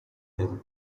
him